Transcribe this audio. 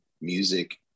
music